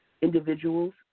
Individuals